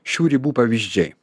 šių ribų pavyzdžiai